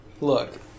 Look